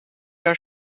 are